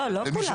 לא, לא כולם.